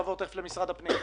אתה צודק 100% גם בטכניקה.